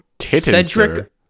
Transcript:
Cedric